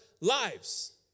lives